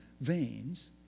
veins